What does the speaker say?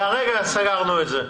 כרגע סגרנו את זה,